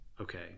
okay